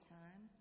time